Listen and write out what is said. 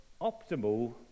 optimal